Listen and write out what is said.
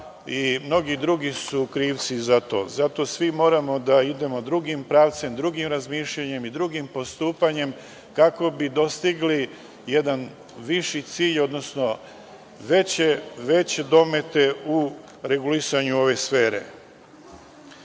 i mnogi drugi su krivci za to. Zato svi moramo da idemo drugim pravcem, drugim razmišljanjem i drugim postupanjem, kako bi dostigli jedan viši cilj, odnosno veće domete u regulisanju ove sfere.